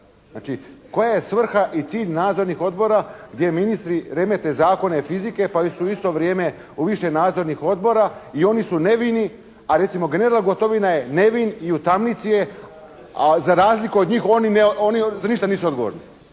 Znači koja je svrha i cilj nadzornih odbora gdje ministri remete zakone fizike pa su u isto vrijeme u više nadzornih odbora i oni su nevini. A recimo general Gotovina je nevin i u tamnici je, a za razliku od njih oni za ništa nisu odgovorni.